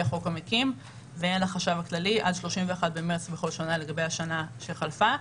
החוק המקים והן לחשב הכללי עד 31 במארס בכל שנה לגבי השנה שחלפה.